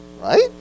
right